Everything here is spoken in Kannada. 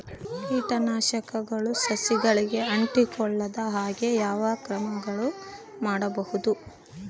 ಕೇಟನಾಶಕಗಳು ಸಸಿಗಳಿಗೆ ಅಂಟಿಕೊಳ್ಳದ ಹಾಗೆ ಯಾವ ಎಲ್ಲಾ ಕ್ರಮಗಳು ಮಾಡಬಹುದು?